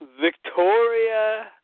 Victoria